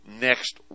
next